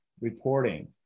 reporting